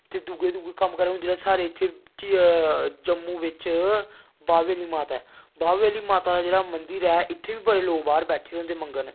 ते दूए दूए कम्म करने हून जियां साढ़े इत्थें जम्मू बिच्च बाह्बे आहली माता बाह्बे आहली माता दा जेह्ड़ा मन्दर ऐ इत्थें बी बड़े लोग बाह्र बैट्ठे दे होंदे मंगन